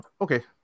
okay